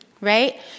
right